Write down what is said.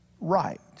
right